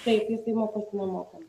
taip jisai mokosi nemokamai